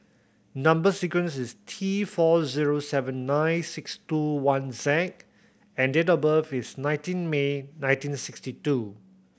number sequence is T four zero seven nine six two one Z and date of birth is nineteen May nineteen sixty two